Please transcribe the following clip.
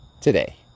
today